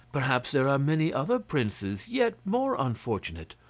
perhaps there are many other princes yet more unfortunate.